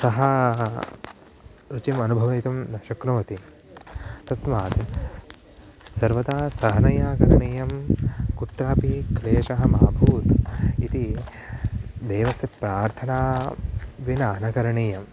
सः रुचिम् अनुभवितुं न शक्नोति तस्मात् सर्वदा सहजतया करणीयं कुत्रापि क्लेशः मा भूत् इति देवस्य प्रार्थना विना न करणीयम्